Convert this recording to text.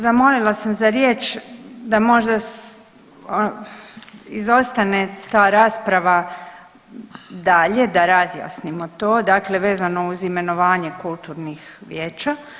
Zamolila sam za riječ da možda izostane ta rasprava dalje da razjasnimo to dakle vezano uz imenovanje kulturnih vijeća.